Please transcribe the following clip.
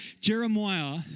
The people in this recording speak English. Jeremiah